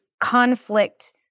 conflict